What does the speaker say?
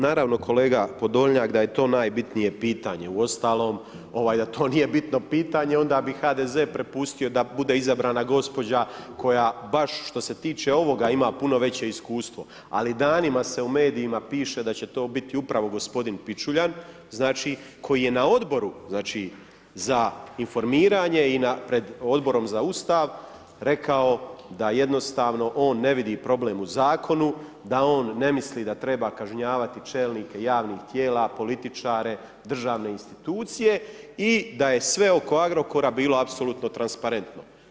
Naravno, naravno kolega Podolnjak, da je to najbitnije pitanje, uostalom, ovaj, da to nije bitno pitanje onda bi HDZ prepustio da bude izabrana gospođa koja baš, što se tiče ovoga, ima puno veće iskustvo, ali danima se u medijima piše da će to biti upravo gospodin Pučuljan, znači, koji je na Odboru za informiranje i pred Odborom za Ustav rekao da jednostavno on ne vidi problem u Zakonu, da on ne misli da treba kažnjavati čelnike javnih tijela, političare, državne institucije i da je sve oko Agrokora bilo apsolutno transparentno.